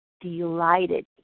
delighted